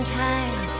time